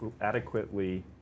adequately